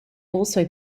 also